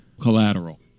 collateral